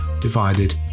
divided